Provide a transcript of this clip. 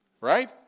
Right